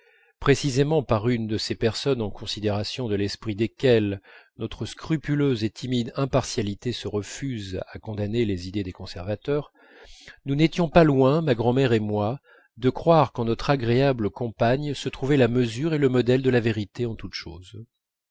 précisément par une de ces personnes en considération de l'esprit desquelles notre scrupuleuse et timide impartialité se refuse à condamner les idées des conservateurs nous n'étions pas loin ma grand'mère et moi de croire qu'en notre agréable compagne se trouvaient la mesure et le modèle de la vérité en toutes choses